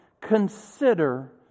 Consider